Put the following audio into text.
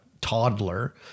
toddler